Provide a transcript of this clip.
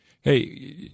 hey